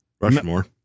Rushmore